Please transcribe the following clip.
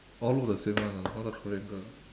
all look the same [one] ah all the korean girl